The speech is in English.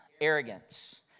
Arrogance